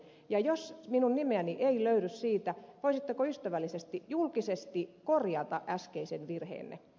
jos minun nimeäni ei löydy siitä voisitteko ystävällisesti julkisesti korjata äskeisen virheenne